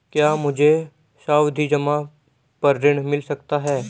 क्या मुझे सावधि जमा पर ऋण मिल सकता है?